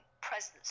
presence